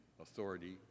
authority